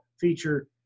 feature